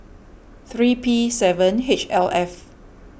three P seven H L F